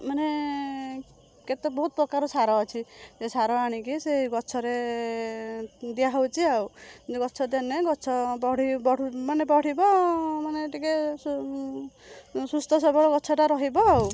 ମାନେ କେତେ ବହୁତପ୍ରକାର ସାର ଅଛି ସାର ଏଣିକି ସେଇ ଗଛରେ ଦିଆହଉଚି ଆଉ ଏମିତି ଗଛରେ ଦେନେ ଗଛ ବଢ଼ୁ ମାନେ ବଢ଼ିବ ମାନେ ଟିକେ ସୁସ୍ଥ ସବଳ ଗଛଟା ରହିବ ଆଉ